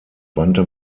wandte